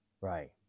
Right